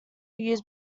used